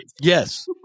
Yes